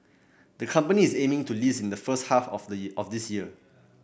the company is aiming to list in the first half of the of this year